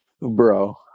Bro